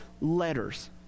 letters—